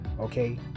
okay